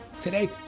Today